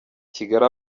kigali